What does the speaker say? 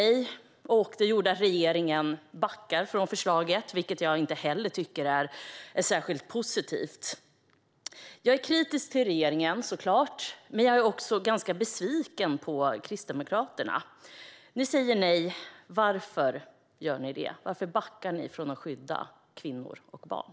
Det gjorde att regeringen backade från förslaget, vilket inte heller är särskilt positivt. Jag är såklart kritisk till regeringen, och jag är också ganska besviken på Kristdemokraterna. Ni säger nej. Varför gör ni det? Varför backar ni från att skydda kvinnor och barn?